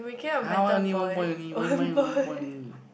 har one only one point only why mine one point only